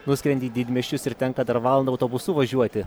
nuskrendi į didmiesčius ir tenka dar valandą autobusu važiuoti